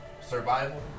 survival